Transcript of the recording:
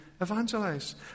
evangelize